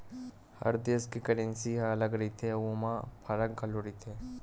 हर देस के करेंसी ह अलगे रहिथे अउ ओमा फरक घलो रहिथे